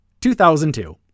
2002